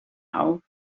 auf